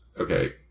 okay